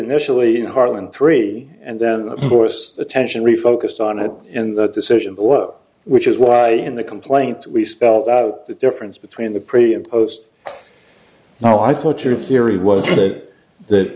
initially in harlem three and then of course attention refocused on it in the decision below which is why in the complaint we spelled out the difference between the pretty and post no i thought your theory was that